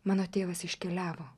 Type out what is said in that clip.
mano tėvas iškeliavo